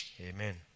Amen